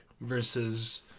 versus